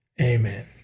amen